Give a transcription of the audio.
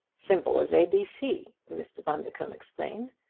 simple as abc! mr. bundercombe explained.